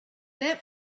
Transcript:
that